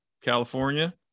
California